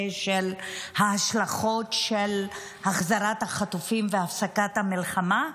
השלכות החזרת החטופים והפסקת המלחמה?